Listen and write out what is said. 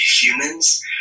humans